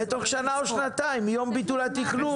בתוך שנה או שנתיים מיום ביטול התכנון,